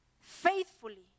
faithfully